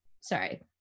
Sorry